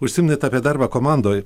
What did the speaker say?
užsiminėt apie darbą komandoj